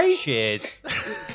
Cheers